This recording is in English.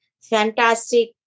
fantastic